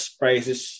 prices